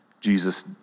Jesus